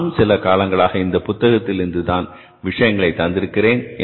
நானும் சில காலங்களாக இந்த புத்தகத்தில் இருந்துதான் விஷயங்களை தந்திருக்கிறேன்